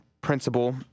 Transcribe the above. principle